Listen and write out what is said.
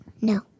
No